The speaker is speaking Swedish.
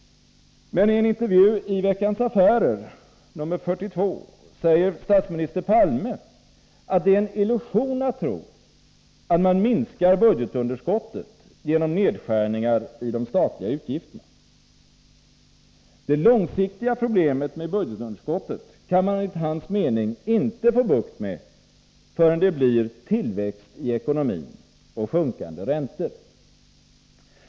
Men i en intervju i nr 42 av Veckans Affärer säger statsminister Palme att det är en illusion att tro att man minskar budgetunderskottet genom nedskärningar i de statliga utgifterna. Det långsiktiga problemet med budgetunderskottet kan man enligt hans mening inte få bukt med förrän det blir tillväxt i ekonomin och sjunkande räntor.